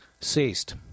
ceased